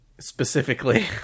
Specifically